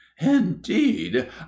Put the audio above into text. Indeed